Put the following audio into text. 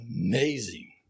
amazing